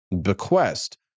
bequest